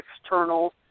external